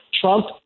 Trump